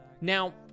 Now